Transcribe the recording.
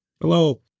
Hello